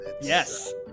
Yes